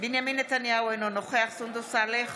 בנימין נתניהו, אינו נוכח סונדוס סאלח,